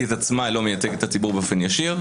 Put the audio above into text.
עצמה לא מייצגת את הציבור באופן ישיר.